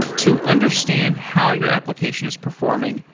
to understand how your application is performing,